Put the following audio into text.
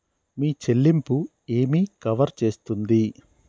మీ చెల్లింపు ఏమి కవర్ చేస్తుంది?